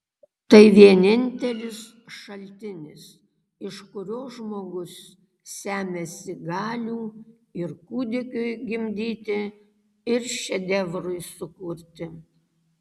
tai vienintelis šaltinis iš kurio žmogus semiasi galių ir kūdikiui gimdyti ir šedevrui sukurti